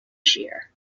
shear